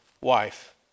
wife